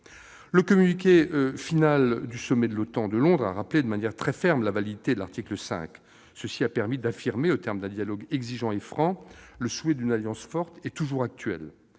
Le communiqué final du sommet de l'OTAN de Londres a rappelé de manière très ferme la validité de l'article 5, ce qui a permis d'affirmer, au terme d'un dialogue exigeant et franc, le souhait d'une Alliance forte et toujours actuelle.